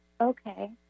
Okay